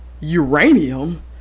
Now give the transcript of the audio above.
uranium